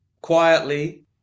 quietly